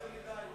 אבל לא יותר מדי,